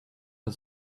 are